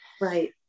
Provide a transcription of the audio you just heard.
right